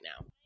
now